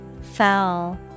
Foul